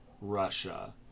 Russia